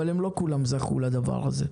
אבל הם לא כולם זכו לדבר הזה.